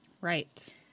Right